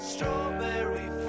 Strawberry